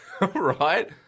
Right